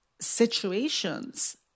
situations